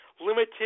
limited